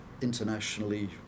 internationally